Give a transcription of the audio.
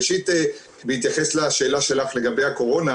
ראשית בהתייחס לשאלה שלך לגבי הקורונה